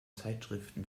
zeitschriften